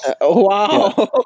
Wow